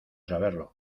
saberlo